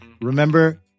remember